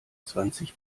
zwanzig